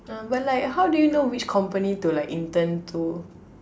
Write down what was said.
uh but like how do you know like which company to intern to